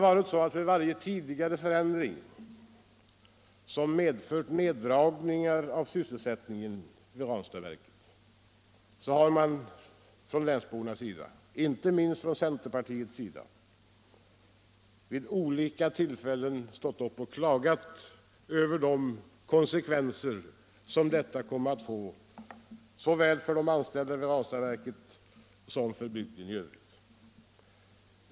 Vid varje tidigare förändring av försöksdriften som medfört neddragning av sysselsättningen vid Ranstadsverket har inte minst centerns representanter stått upp och klagat över de konsekvenser som detta fått såväl för de anställda vid Ranstadsverket som för bygden i övrigt.